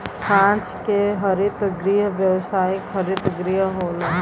कांच के हरित गृह व्यावसायिक हरित गृह होला